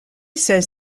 says